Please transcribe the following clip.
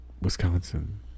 Wisconsin